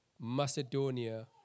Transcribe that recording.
Macedonia